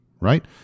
Right